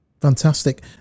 Fantastic